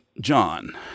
John